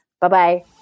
Bye-bye